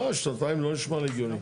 לא, שנתיים לא נשמע לי הגיוני.